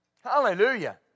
Hallelujah